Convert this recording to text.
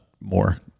more